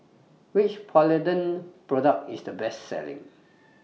Which Polident Product IS The Best Selling